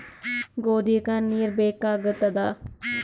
ಗೋಧಿಗ ನೀರ್ ಬೇಕಾಗತದ?